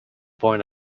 born